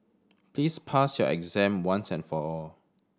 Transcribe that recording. please pass your exam once and for all